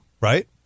right